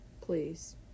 please